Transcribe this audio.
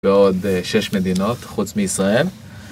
ועוד שש מדינות חוץ מישראל